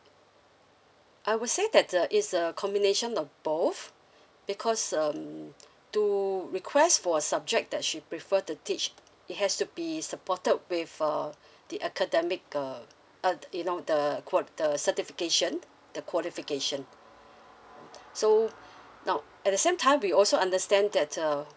I would say that uh it's a combination of both because um to request for a subject that she preferred to teach it has to be supported with uh the academic uh uh the you know the qua~ the certification the qualification and so now at the same time we also understand that uh